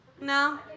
No